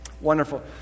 Wonderful